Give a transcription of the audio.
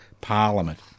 Parliament